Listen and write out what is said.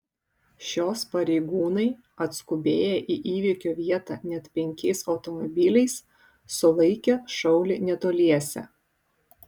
šios pareigūnai atskubėję į įvykio vietą net penkiais automobiliais sulaikė šaulį netoliese